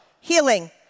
healing